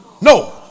No